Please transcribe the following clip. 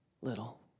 little